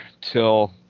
till